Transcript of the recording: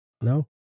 No